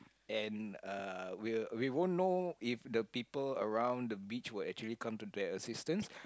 and uh will we won't know if the people around the beach will actually come to their assistance